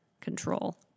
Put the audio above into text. Control